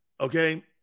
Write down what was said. okay